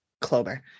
Clover